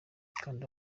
kanda